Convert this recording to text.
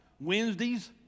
wednesdays